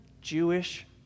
Jewish